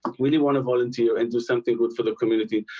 really want to volunteer and do something good for the community.